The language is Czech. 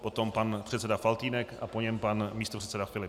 Potom pan předseda Faltýnek a po něm pan místopředseda Filip.